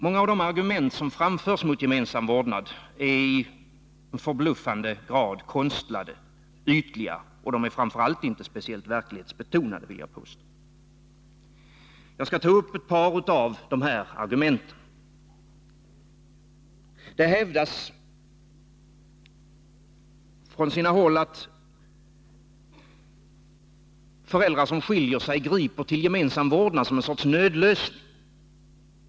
Många av de argument som framförs mot gemensam vårdnad är i förbluffande grad konstlade och ytliga, och de är framför allt inte speciellt verklighetsbetonade, vill jag påstå. Jag skall ta upp ett par av de här argumenten. Det hävdas från vissa håll att föräldrar som skiljer sig griper till gemensam vårdnad som en sorts nödlösning.